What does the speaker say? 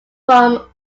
from